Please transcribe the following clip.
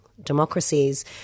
democracies